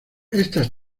estas